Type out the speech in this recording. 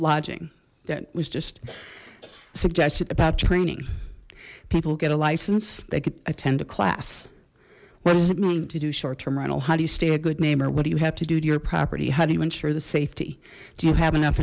lodging that was just suggested about training people get a license they could attend a class what does it mean to do short term rental how do you stay a good neighbor what do you have to do to your property how do you ensure the safety do you have enough